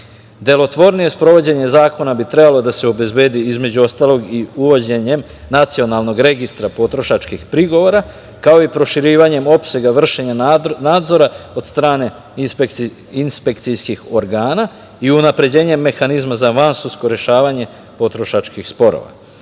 prakse. Delotvornije sprovođenje zakona bi trebalo da se obezbedi između ostalog i uvođenjem nacionalnog registra potrošačkih prigovora, kao i proširivanjem opsega vršenja nadzora od strane inspekcijskih organa i unapređenjem mehanizma za vansudsko rešavanje potrošačkih sporova.